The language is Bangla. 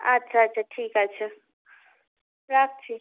আচ্ছা আচ্ছা ঠিক আছে রাখছি